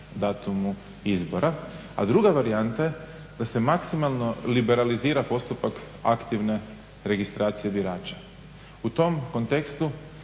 datumu izbora, a druga varijanta je da se maksimalno liberalizira postupak aktivne registracije birača. U tom kontekstu